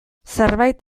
zerbait